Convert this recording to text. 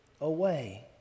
away